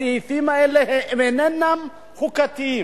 הסעיפים האלה הם אינם חוקתיים.